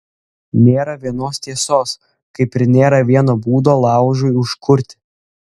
nėra vienos tiesos kaip ir nėra vieno būdo laužui užkurti